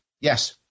Yes